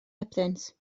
hebddynt